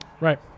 Right